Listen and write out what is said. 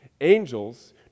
Angels